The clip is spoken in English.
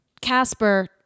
Casper